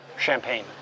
champagne